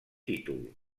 títol